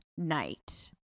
Night